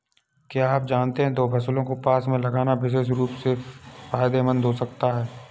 क्या आप जानते है दो फसलों को पास में लगाना विशेष रूप से फायदेमंद हो सकता है?